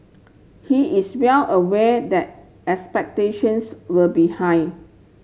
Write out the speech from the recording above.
he is well aware that expectations will be high